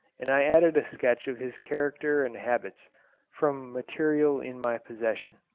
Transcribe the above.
and i added a sketch of his character and habits from material in my possession.